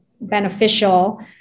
beneficial